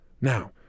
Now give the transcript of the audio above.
Now